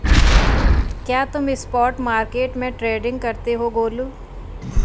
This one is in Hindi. क्या तुम स्पॉट मार्केट में ट्रेडिंग करते हो गोलू?